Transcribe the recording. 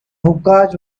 hookahs